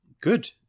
good